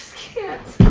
cant.